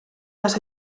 las